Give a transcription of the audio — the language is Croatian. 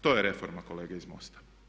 To je reforma kolege iz MOST-a.